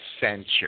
censure